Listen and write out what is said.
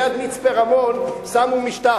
ליד מצפה-רמון שמו משטח,